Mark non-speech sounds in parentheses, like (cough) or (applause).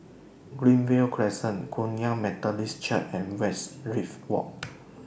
Greenview Crescent Kum Yan Methodist Church and Westridge Walk (noise)